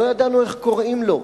לא ידענו איך קוראים לו,